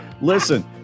Listen